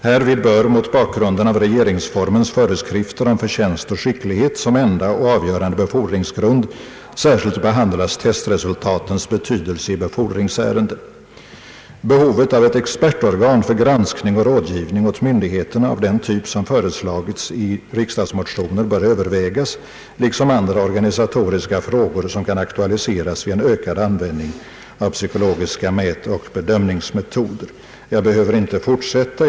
Härvid bör mot bakgrunden av regeringsformens föreskrifter om förtjänst och skicklighet som enda och avgörande befordringsgrund särskilt behandlas testresultatens betydelse i befordringsärenden. ——— Behovet av ett expertorgan för granskning och rådgivning åt myndigheterna av den typ som föreslagits i riksdagsmotionen bör övervägas, liksom andra organisatoriska frågor som kan aktualiseras vid en ökad användning av psykologiska mätoch bedömningsmetoder.» Jag behöver inte fortsätta.